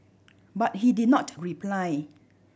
but he did not reply